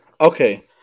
okay